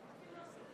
כך, להלן תוצאות